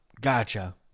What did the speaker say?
Gotcha